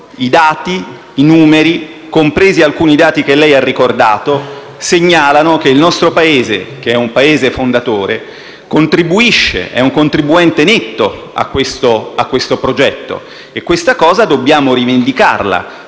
fondo i numeri, compresi alcuni dati che lei ha ricordato, segnalano che il nostro Paese, che è un Paese fondatore, è un contribuente netto a questo progetto. E questa cosa dobbiamo rivendicarla;